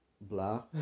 blah